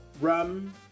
rum